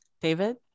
David